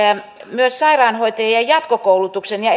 myös sairaanhoitajien jatkokoulutuksen ja